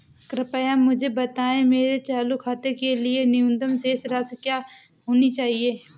कृपया मुझे बताएं मेरे चालू खाते के लिए न्यूनतम शेष राशि क्या होनी चाहिए?